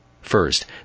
First